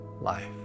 life